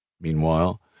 Meanwhile